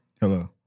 Hello